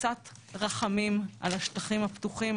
וקצת רחמים על השטחים הפתוחים,